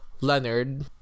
leonard